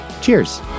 Cheers